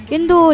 Indo